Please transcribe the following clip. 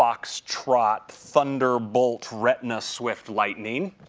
foxtrot thunderbolt retina swift lightning.